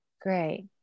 Great